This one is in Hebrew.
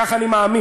כך אני מאמין.